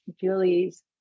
Julie's